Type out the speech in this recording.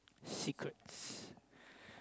secrets